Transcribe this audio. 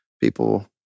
people